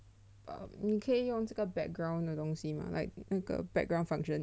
err 你可以用这个 background 的东西 mah like put the background function in Zoom